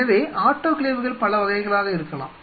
எனவே ஆட்டோகிளேவ்கள் பல வகைகளாக இருக்கலாம்